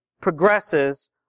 progresses